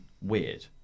weird